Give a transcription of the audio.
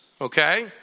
okay